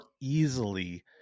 easily